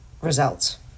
results